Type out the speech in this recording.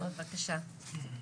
בבקשה.